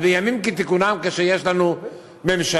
אז בימים כתיקונם, כשיש לנו ממשלה,